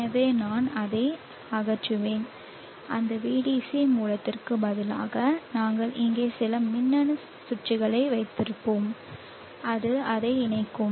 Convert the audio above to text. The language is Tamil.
எனவே நான் அதை அகற்றுவேன் அந்த Vdc மூலத்திற்கு பதிலாக நாங்கள் இங்கே சில மின்னணு சுற்றுகளை வைத்திருப்போம் அது அதை இணைக்கும்